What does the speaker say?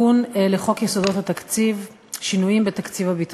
תיקון לחוק יסודות התקציב (שינויים בתקציב הביטחון).